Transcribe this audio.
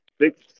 six